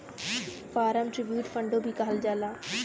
farmer tribute फ़ंडो भी कहल जाला